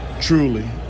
truly